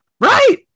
Right